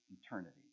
eternity